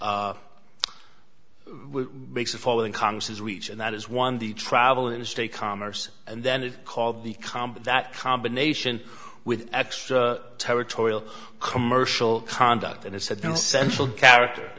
permit makes the following congress's reach and that is one the travel industry commerce and then it called the comm that combination with extra territorial commercial conduct and it said no central character